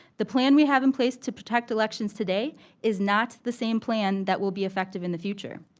the plan we have in place to protect elections today is not the same plan that will be effective in the future.